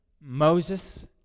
Moses